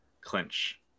clinch